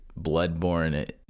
bloodborne